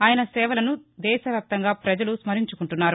ఆయన సేవలను దేశవ్యాప్తంగా పజలు న్మరించుకుంటున్నారు